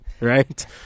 Right